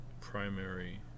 primary